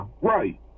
right